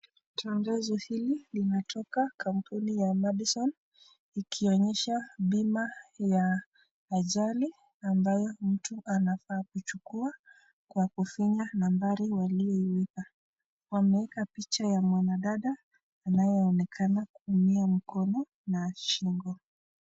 Tangazo hili limetoka kampuni ya madison , ikionyesha bima ya ajali ambayo mtu anafaa kuchukua kwa kufinya nambari walioiweka, wameeka picha ya mwanadada anayeonekana kuumia mkono na shingo.